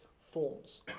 forms